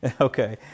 Okay